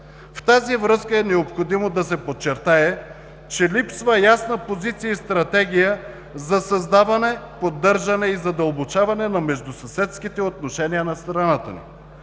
В тази връзка е необходимо да се подчертае, че липсва ясна позиция и стратегия за създаване, поддържане и задълбочаване на междусъседските отношения на страната ни.